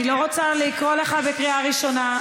אני לא רוצה לקרוא אותך בקריאה ראשונה.